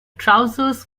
trousers